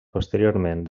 posteriorment